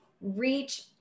reach